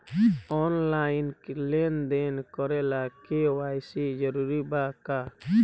Online लेन देन करे ला के.वाइ.सी जरूरी बा का?